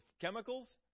chemicals